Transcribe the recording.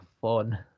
fun